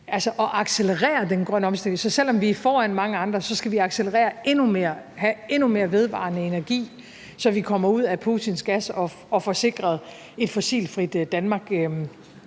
om at accelerere den grønne omstilling. Så selv om vi er foran mange andre, skal vi accelerere endnu mere, have endnu mere vedvarende energi, så vi kommer ud af Putins gas og får sikret et fossilfrit Danmark.